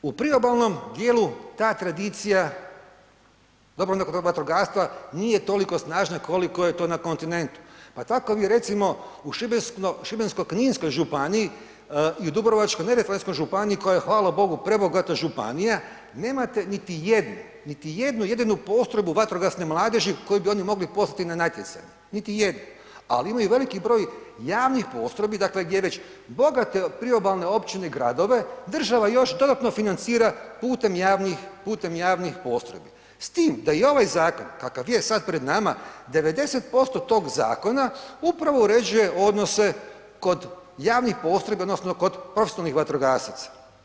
U priobalnom dijelu ta tradicija, dobro onda kod ovog vatrogastva nije toliko snažna koliko je to na kontinentu, pa tako mi recimo u šibensko, Šibensko-kninskoj županiji i u Dubrovačko-neretvanskoj županiji koja je hvala prebogata županija nemate niti jednu, niti jednu jedinu postrojbu vatrogasne mladeži koju bi oni mogli poslati na natjecaj, niti jednu, ali imaju veliki broj javnih postrojbi, dakle gdje već bogate priobalne općine i gradove država još dodatno financira putem javnih, putem javnih postrojbi s tim da i ovaj zakon kakav je sad pred nama 90% tog zakona upravo uređuje odnose kod javnih postrojbi odnosno kod profesionalnih vatrogasaca.